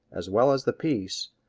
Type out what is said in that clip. as well as the piece,